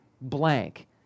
blank